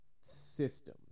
system